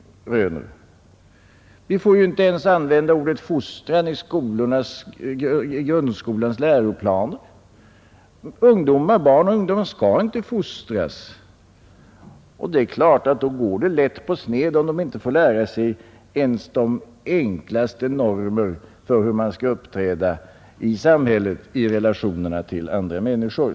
Vi får ju inte ens använda ordet fostran i grundskolans läroplaner. Barn och ungdomar skall inte fostras, och då går det naturligtvis lätt på sned om de inte får lära sig ens de enklaste normer för hur man skall uppträda i samhället i relationerna till andra människor.